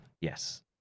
yes